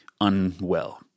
unwell